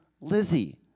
Lizzie